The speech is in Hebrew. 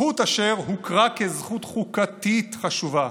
זכות אשר הוכרה כזכות חוקתית חשובה,